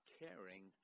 caring